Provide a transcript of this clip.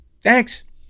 thanks